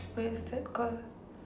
where's that card